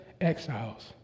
exiles